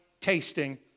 tasting